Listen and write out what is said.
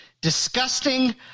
disgusting